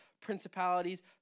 principalities